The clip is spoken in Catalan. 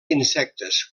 insectes